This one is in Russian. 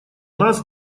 нас